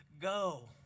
go